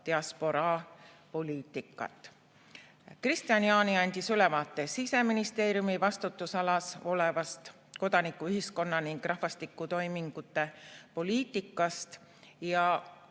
diasporaapoliitika. Kristian Jaani andis ülevaate Siseministeeriumi vastutusalas olevast kodanikuühiskonna ning rahvastiku toimingute poliitikast.